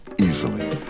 Easily